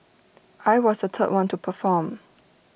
I was the third one to perform